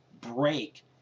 break